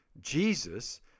Jesus